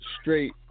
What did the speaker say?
straight